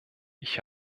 ich